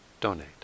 donate